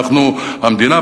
אנחנו המדינה,